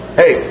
hey